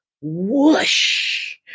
whoosh